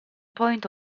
point